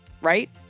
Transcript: right